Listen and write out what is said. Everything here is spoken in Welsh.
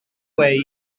gweu